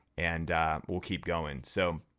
and we'll keep going. so,